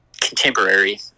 contemporary